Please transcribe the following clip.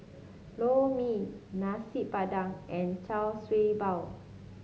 Lor Mee Nasi Padang and Char Siew Bao